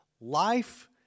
life